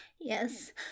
yes